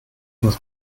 muss